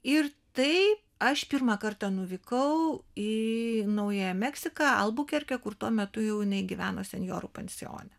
ir tai aš pirmą kartą nuvykau į naująją meksiką albukerke kur tuo metu jau jinai gyveno senjorų pensione